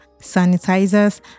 sanitizers